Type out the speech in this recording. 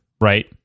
right